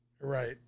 Right